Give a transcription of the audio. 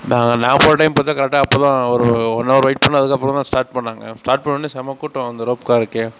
நான் நான் போகிற டைம் பார்த்தா கரெக்டாக அப்போ தான் ஒரு ஒன் ஹவர் வெயிட் பண்ணேன் அதுக்கப்புறம் தான் ஸ்டார்ட் பண்ணாங்க ஸ்டார்ட் பண்ணவொடனே செம்ம கூட்டம் அந்த ரோப்காருக்கே